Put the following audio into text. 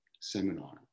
seminar